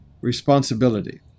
responsibility